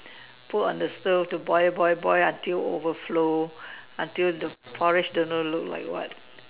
put on the stove to boil boil boil until overflow until the porridge don't know look like what